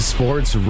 Sports